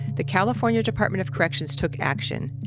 the california department of corrections took action.